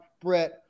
Brett